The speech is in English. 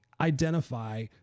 identify